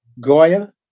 Goya